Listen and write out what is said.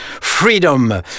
Freedom